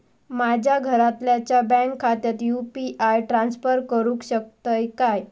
माझ्या घरातल्याच्या बँक खात्यात यू.पी.आय ट्रान्स्फर करुक शकतय काय?